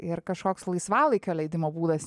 ir kažkoks laisvalaikio leidimo būdas